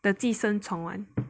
the 寄生虫 one